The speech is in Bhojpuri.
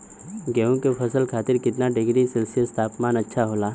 गेहूँ के फसल खातीर कितना डिग्री सेल्सीयस तापमान अच्छा होला?